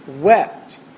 Wept